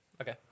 Okay